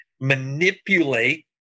manipulate